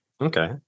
Okay